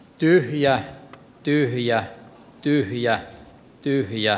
tyhjää yhiä lerner ja pyhiä